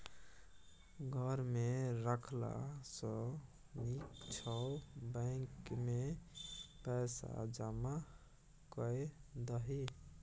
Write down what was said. घर मे राखला सँ नीक छौ बैंकेमे पैसा जमा कए दही